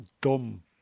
dumb